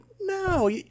no